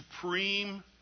supreme